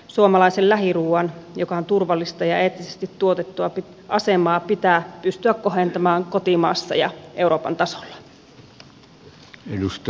suomalaisen lähiruuan joka on turvallista ja eettisesti tuotettua asemaa pitää pystyä kohentamaan kotimaassa ja euroopan tasolla